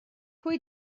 pwy